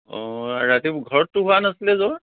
অঁ ৰাতি ঘৰততো হোৱা নাছিলে জ্বৰ